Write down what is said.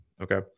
Okay